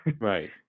Right